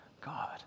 God